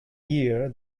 year